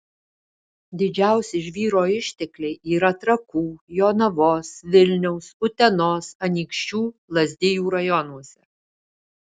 didžiausi žvyro ištekliai yra trakų jonavos vilniaus utenos anykščių lazdijų rajonuose